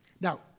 Now